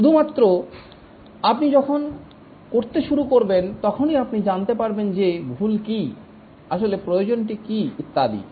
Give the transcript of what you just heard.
শুধুমাত্র আপনি যখন করতে শুরু করবেন তখনই আপনি জানতে পারবেন যে ভুল কি আসলে প্রয়োজনটি কি ইত্যাদি